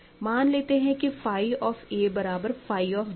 मान लेते हैं कि फाई ऑफ़ a बराबर फाई ऑफ़ b है